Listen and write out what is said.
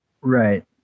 Right